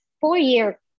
four-year